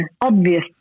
obvious